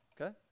Okay